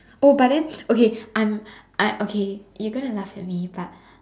oh but then okay I'm I okay you going to laugh at me but